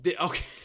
okay